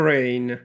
Rain